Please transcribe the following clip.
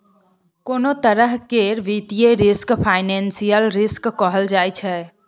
कोनों तरह केर वित्तीय रिस्क फाइनेंशियल रिस्क कहल जाइ छै